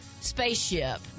spaceship